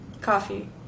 Coffee